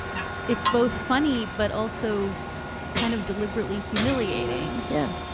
it's both funny, but also kind of deliberately humiliating yeah,